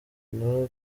inota